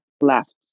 left